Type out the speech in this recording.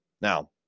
Now